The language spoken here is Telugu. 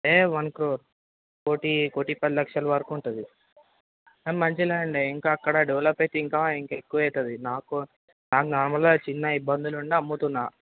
ఏ వన్ క్రోర్ కోటీ కోటీ పది లక్షల వరకు ఉంటుంది మంచి ల్యాండే ఇంకా అక్కడ డెవలప్ అయితే ఇంకా ఇంకా ఎక్కువవుతుంది నాకు నాకు నార్మల్గా చిన్న ఇబ్బందులుండి అమ్ముతున్నా